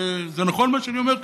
זה נכון מה שאני אומר פה?